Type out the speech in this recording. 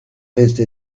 reste